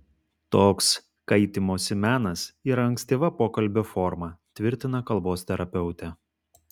toks kaitymosi menas yra ankstyva pokalbio forma tvirtina kalbos terapeutė